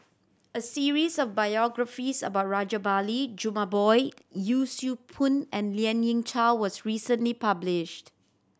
a series of biographies about Rajabali Jumabhoy Yee Siew Pun and Lien Ying Chow was recently published